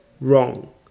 wrong